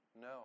no